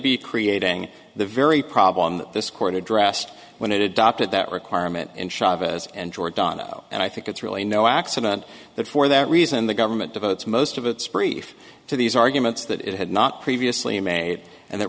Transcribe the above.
be creating the very problem that this court addressed when it adopted that requirement in chavez and giordano and i think it's really no accident that for that reason the government devotes most of its brief to these arguments that it had not previously made and